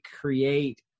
create